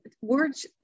words